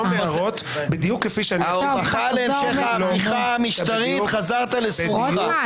חזרה ההפיכה המשטרית - חזרת לסורך.